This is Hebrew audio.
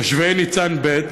תושבי ניצן ב',